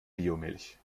biomilch